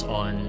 on